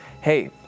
Hey